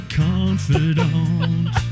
confidant